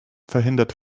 verhindert